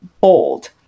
bold